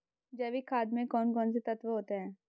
जैविक खाद में कौन कौन से तत्व होते हैं?